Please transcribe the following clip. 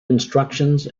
instructions